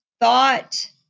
thought